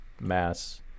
mass